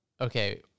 Okay